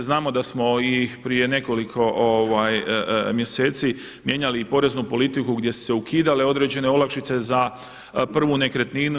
Znamo da smo i prije nekoliko mjeseci mijenjali i poreznu politiku gdje su se ukidale određene olakšice za prvu nekretninu.